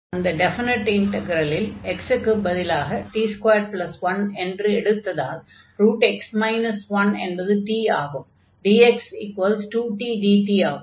அந்த டெஃபெனெட் இன்டக்ரலில் x க்குப் பதிலாக t21 என்று எடுத்ததால் x 1 என்பது t ஆகும் dx2t dt ஆகும்